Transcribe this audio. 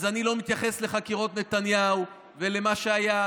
אז אני לא מתייחס לחקירות נתניהו ולמה שהיה,